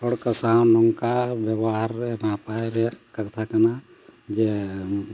ᱦᱚᱲ ᱠᱚ ᱥᱟᱶ ᱱᱚᱝᱠᱟ ᱵᱮᱵᱚᱦᱟᱨ ᱨᱮ ᱱᱟᱯᱟᱭ ᱨᱮᱭᱟᱜ ᱠᱟᱛᱷᱟ ᱠᱟᱱᱟ ᱡᱮ